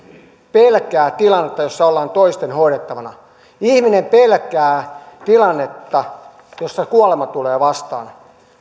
pelkää tilannetta jossa ollaan toisten hoidettavana ihminen pelkää tilannetta jossa kuolema tulee vastaan